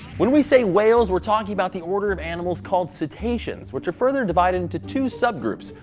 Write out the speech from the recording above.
when we say whales, we're talking about the order of animals called cetaceans, which are further divided into two subgroups,